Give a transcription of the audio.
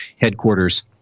headquarters